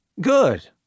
Good